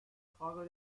frage